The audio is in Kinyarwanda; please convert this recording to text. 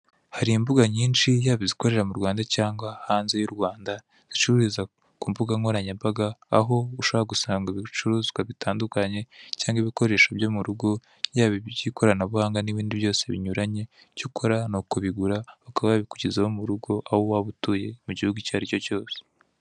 Hari imbuga nyinshi yaba izikorera mu Rwanda cyangwa hanze y'u Rwanda, hacururiza ku mbuga nkoranyambaga, aho ushobora gusanga ibicuruzwa bitandukanye cyangwa ibikoresho byo mu rugo, yaba iby'ikoranabuhanga n'ibindi byose binyuranye, icyo ukora ni ukubigura, bakaba babikugezaho mu rugo, aho waba utuye, mu gihugu icyo ari cyo cyose.